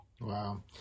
wow